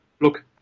look